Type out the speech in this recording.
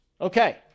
Okay